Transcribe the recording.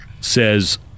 says